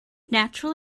natural